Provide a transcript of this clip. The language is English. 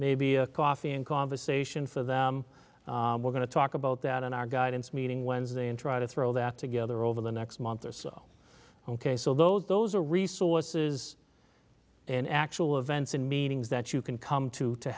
maybe a coffee and conversation for them we're going to talk about that in our guidance meeting wednesday and try to throw that together over the next month or so ok so those those are resources and actual events in meetings that you can come to to